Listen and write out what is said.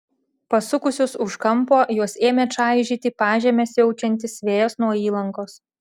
pasukusius už kampo juos ėmė čaižyti pažeme siaučiantis vėjas nuo įlankos